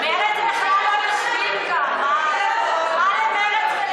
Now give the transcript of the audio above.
רבותיי השרים, עמיתיי חברי הכנסת,